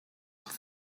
auch